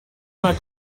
mal